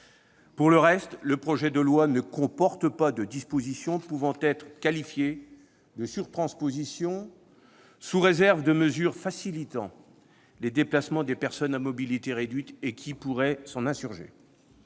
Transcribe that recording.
Pour le reste, le projet de loi ne comporte pas de dispositions pouvant être qualifiées de sur-transpositions, sous réserve de mesures facilitant les déplacements des personnes à mobilité réduite- qui pourrait s'en insurger